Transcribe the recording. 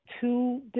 two